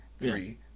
three